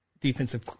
defensive